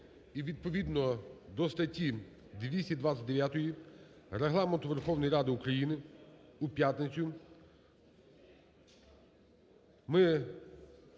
відповідно до статті 229 Регламенту Верховної Ради України у п'ятницю ми